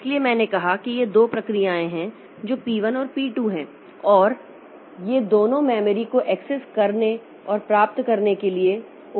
इसलिए मैंने कहा है कि ये दो प्रक्रियाएं हैं जो पी 1 और पी 2 हैं और ये दोनों मेमोरी को एक्सेस करने और प्राप्त करने के लिए उपयोग कर रहे हैं